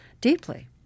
deeply